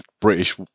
British